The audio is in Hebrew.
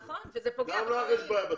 נכון, זה פוגע בחיילים.